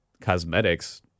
cosmetics